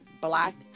Black